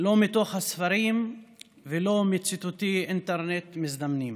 לא מתוך הספרים ולא מציטוטי אינטרנט מזדמנים